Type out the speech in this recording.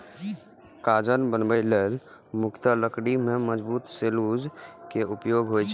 कागज बनबै लेल मुख्यतः लकड़ी मे मौजूद सेलुलोज के उपयोग होइ छै